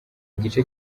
gice